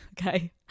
Okay